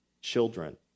children